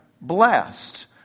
Blessed